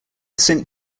saint